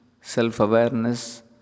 self-awareness